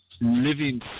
living